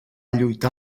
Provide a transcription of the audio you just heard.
lluitar